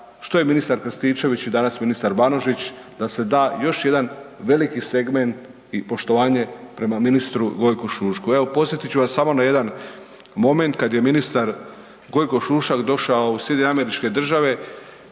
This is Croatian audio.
što je ministar Krstičević i danas ministar Banožić, da se da još jedan veliki segment i poštovanje prema ministru Gojku Šušku. Evo podsjetit ću vas samo na jedan moment kad je ministar Gojko Šušak došao u SAD, tada